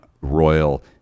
royal